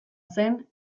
zen